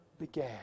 began